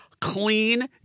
clean